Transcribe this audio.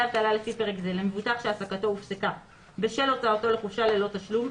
אבטלה לפי פרק זה למבוטח שהעסקתו הופסקה בשל הוצאתו לחופשה ללא תשלום,